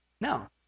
No